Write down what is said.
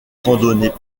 randonnée